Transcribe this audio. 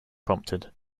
prompted